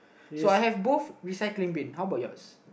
so I have both recycling bin how about yours